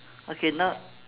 okay now